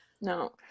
No